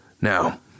Now